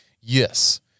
yes